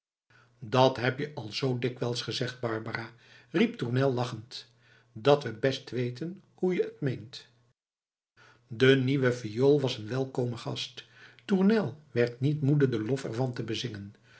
dat heb je al zoo dikwijls gezegd barbara riep tournel lachend dat we best weten hoe je t meent de nieuwe viool was een welkome gast tournel werd niet moede den lof er van te bezingen